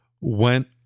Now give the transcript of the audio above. went